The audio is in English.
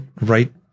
right